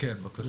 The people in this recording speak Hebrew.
כן, בקשה.